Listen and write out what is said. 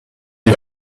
you